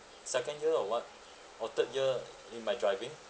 second year or what or third year in my driving